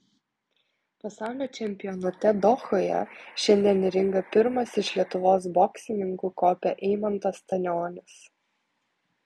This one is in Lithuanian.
pasaulio čempionate dohoje šiandien į ringą pirmas iš lietuvos boksininkų kopė eimantas stanionis